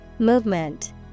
movement